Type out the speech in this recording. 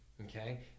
Okay